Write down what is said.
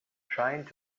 trying